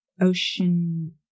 Ocean